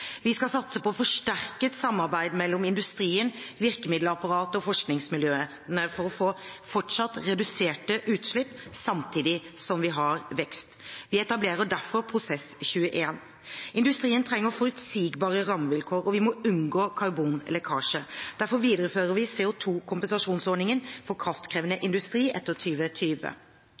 Vi skal satse på forsterket samarbeid mellom industrien, virkemiddelapparatet og forskningsmiljøene for fortsatt å redusere utslippene, samtidig som vi har vekst. Vi etablerer derfor Prosess21. Industrien trenger forutsigbare rammevilkår, og vi må unngå karbonlekkasje. Derfor viderefører vi CO2-kompensasjonsordningen for kraftkrevende industri etter